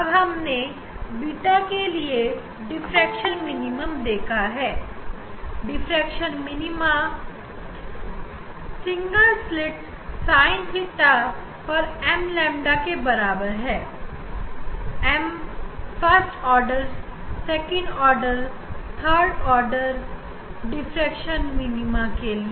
अब हमने बीटा के लिए डिफ्रेक्शन मिनिमम देखा है diffraction minima single slit sine theta पर m lambda के बराबर होता है m first order second order और तीसरा ऑर्डर डिफ्रेक्शन मिनीमा के लिए